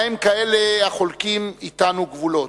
בהם כאלה החולקים אתנו גבולות.